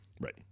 Right